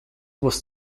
was